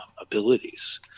abilities